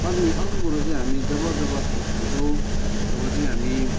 अनि अर्को कुरा चाहिँ हामी जब जब खाना खाँन्छौँ तब चाहिँ हामी